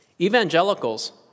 Evangelicals